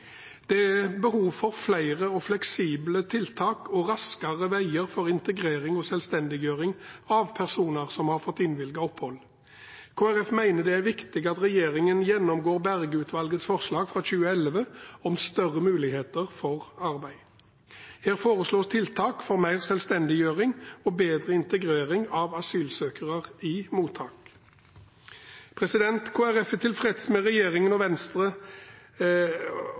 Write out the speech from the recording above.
Det er behov for flere og fleksible tiltak og raskere veier for integrering og selvstendiggjøring av personer med innvilget opphold. Kristelig Folkeparti mener det er viktig at regjeringen gjennomgår Berge-utvalgets forslag fra 2011 om større muligheter for arbeid. Her foreslås tiltak for mer selvstendiggjøring og bedre integrering av asylsøkere i mottak. Kristelig Folkeparti er tilfreds med sammen med regjeringen og Venstre